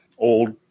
old